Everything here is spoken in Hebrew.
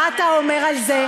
מה אתה אומר על זה?